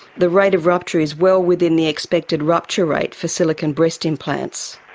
the rate of rupture is well within the expected rupture rate for silicone breast implants.